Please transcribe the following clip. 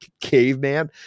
caveman